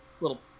little